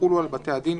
יחולו על בתי הדין,